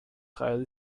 highly